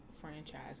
franchise